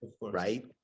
right